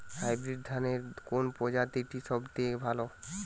Hybrid ধানের কোন প্রজীতিটি সবথেকে ভালো?